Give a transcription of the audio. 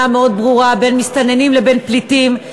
מאוד ברורה בין מסתננים לבין פליטים.